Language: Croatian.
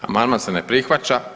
Amandman se ne prihvaća.